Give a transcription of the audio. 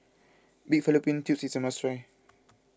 Pig Fallopian Tubes is a must try